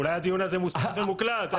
אולי הדיון הזה הוא מוסתר ומוקלט...